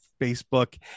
Facebook